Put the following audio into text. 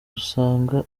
usanga